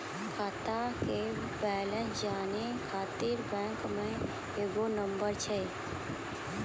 खाता के बैलेंस जानै ख़ातिर बैंक मे एगो नंबर छै?